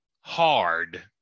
hard